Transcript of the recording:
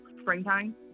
springtime